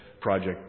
project